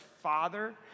father